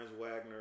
Wagner